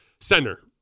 Center